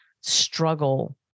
struggle